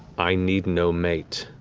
i need no mate.